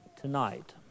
tonight